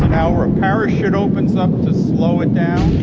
an hour. a parachute opens up to slow it down.